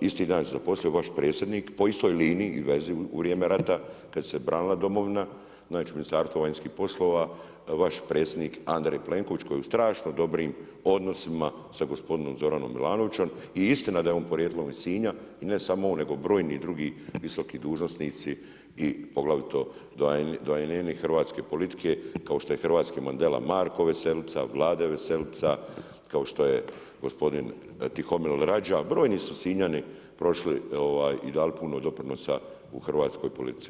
isti dan se zaposlio vaš predsjednik, po istoj liniji i vezi u vrijem rata kad se branila domovina, znači Ministarstvo vanjskih poslova, vaš predsjednik Andrej Plenković koji je u strašno dobrim odnosima sa gospodinom Zoranom Milanovićem i istina da je on podrijetlom iz Sinja i ne samo on nego i brojni drugi visoki dužnosnici i poglavito doajeni hrvatske politike kao što je hrvatski Mendela marko Veselica, Vlade Veselica, kao što je gospodin Tihomil Rađa, brojni su Sinjani prošli i dali puno doprinosa dali u hrvatskoj politici.